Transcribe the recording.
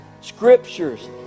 scriptures